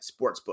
sportsbook